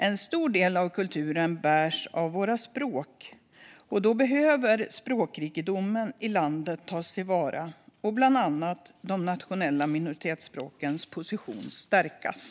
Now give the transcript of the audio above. En stor del av kulturen bärs av våra språk, och språkrikedomen i landet behöver tas till vara; bland annat behöver de nationella minoritetsspråkens position stärkas.